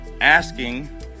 asking